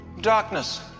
Darkness